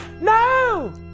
No